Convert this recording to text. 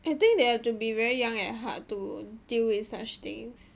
I think they have to be very young at heart to deal with such things